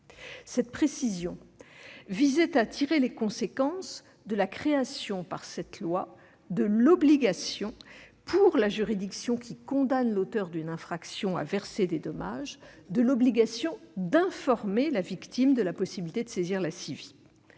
Cette précision visait à tirer les conséquences de la création, par cette loi, de l'obligation, pour la juridiction qui condamne l'auteur d'une infraction à verser des dommages-intérêts, d'informer la victime de la possibilité de saisir la CIVI.